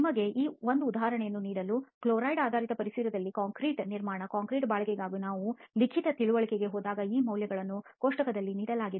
ನಿಮಗೆ ಒಂದು ಉದಾಹರಣೆಯನ್ನು ನೀಡಲು ಉದಾಹರಣೆಗೆ ಕ್ಲೋರೈಡ್ ಆಧಾರಿತ ಪರಿಸರದಲ್ಲಿ ಕಾಂಕ್ರೀಟ್ನ ನಿರ್ಮಾಣ ಕಾಂಕ್ರೀಟ್ನ ಬಾಳಿಕೆಗಾಗಿ ನಾವು ಲಿಖಿತದ ತಿಳುವಳಿಕೆಗೆ ಹೋದಾಗ ಈ ಮೌಲ್ಯಗಳನ್ನು ಕೋಷ್ಟಕದಲ್ಲಿ ನೀಡಲಾಗಿದೆ